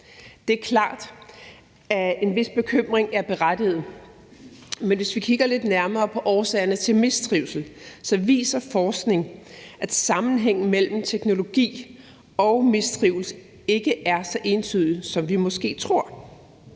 Det er klart, at en vis bekymring er berettiget, men hvis vi kigger lidt nærmere på årsagerne til mistrivsel, viser forskning, at sammenhængen mellem teknologi og mistrivsel ikke er så entydig, som vi måske tror.